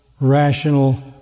rational